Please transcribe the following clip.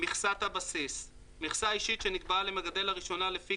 "מכסת הבסיס" מכסה אישית שנקבעה למגדל לראשונה לפי